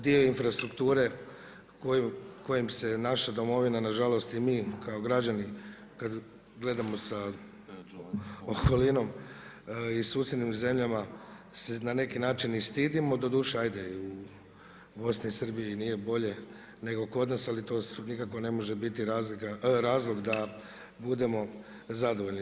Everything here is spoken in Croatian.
Dio infrastrukture kojom se je naša domovina nažalost i mi kao građani kada gledamo sa okolinom i susjednim zemljama se na neki način i stidimo, doduše ajte i u Bosni i Srbiji nije bolje nego kod nas, ali to nikako ne može biti razlog da budemo zadovoljni.